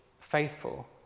faithful